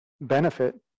benefit